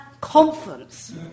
conference